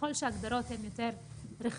ככל שההגדרות הן יותר רחבות,